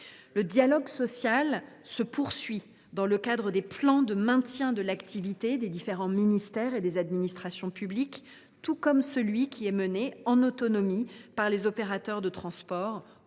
Le dialogue social se poursuit dans le cadre des plans de maintien d’activité des administrations publiques, tout comme celui qui est mené en autonomie par les opérateurs de transports